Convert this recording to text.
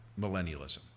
millennialism